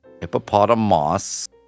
Hippopotamus